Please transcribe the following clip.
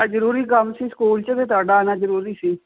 ਅੱਜ ਜ਼ਰੂਰੀ ਕੰਮ ਸੀ ਸਕੂਲ 'ਚ ਫਿਰ ਤੁਹਾਡਾ ਆਉਣਾ ਜ਼ਰੂਰੀ ਸੀ